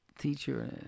teacher